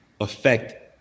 affect